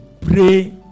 pray